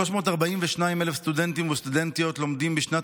342,000 סטודנטים וסטודנטיות לומדים בשנת